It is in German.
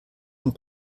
und